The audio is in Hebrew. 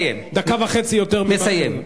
דקה וחצי יותר ממה, אני מסיים, מסיים.